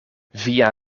via